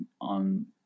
on